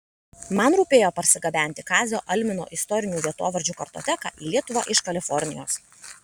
man rūpėjo parsigabenti kazio almino istorinių vietovardžių kartoteką į lietuvą iš kalifornijos